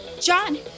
John